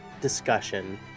discussion